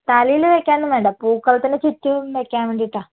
തലയില് വെക്കാനൊന്നും വേണ്ട പൂക്കളത്തിന് ചുറ്റും വെക്കാൻ വേണ്ടീട്ടാ